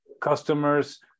customers